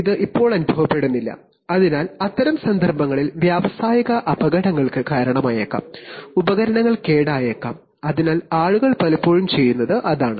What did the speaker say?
ഈ കണ്ട്രോൾ മൂല്യം മെച്ചപ്പെടുത്തില്ല അതിനാൽ അത്തരം സന്ദർഭങ്ങളിൽ വ്യാവസായിക അപകടങ്ങൾക്ക് കാരണമായേക്കാം ഉപകരണങ്ങൾ കേടായേക്കാം അതിനാൽ ആളുകൾ പലപ്പോഴും ചെയ്യുന്നത് അതാണ്